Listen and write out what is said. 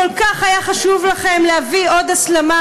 כל כך היה חשוב לכם להביא עוד הסלמה?